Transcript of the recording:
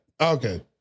Okay